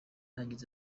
yagize